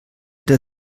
der